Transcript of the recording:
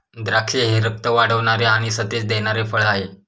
द्राक्षे हे रक्त वाढवणारे आणि सतेज देणारे फळ आहे